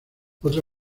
otro